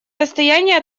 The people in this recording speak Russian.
расстояние